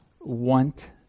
want